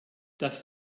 das